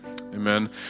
Amen